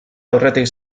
aurretik